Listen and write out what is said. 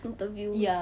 interview